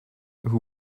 who